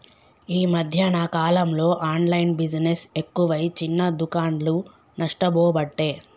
ఈ మధ్యన కాలంలో ఆన్లైన్ బిజినెస్ ఎక్కువై చిన్న దుకాండ్లు నష్టపోబట్టే